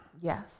Yes